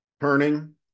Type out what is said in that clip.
turning